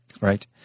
Right